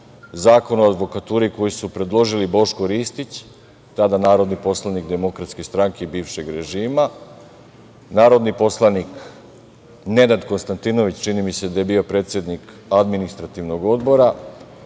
Zakon o advokaturi koji su predložili Boško Ristić, tada narodni poslanik Demokratske stranke bivšeg režima, narodni poslanik Nenad Konstantinović, čini mi se da je bio predsednik Administrativnog odbora,